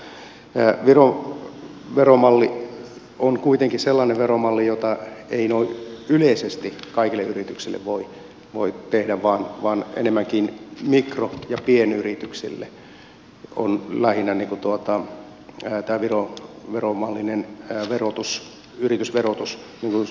viron veromalli on kuitenkin sellainen veromalli jota ei noin yleisesti kaikille yrityksille voi tehdä vaan lähinnä mikro ja pienyrityksille on tämä viron veromallin yritysverotus suunnattu